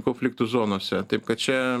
konfliktų zonose taip kad čia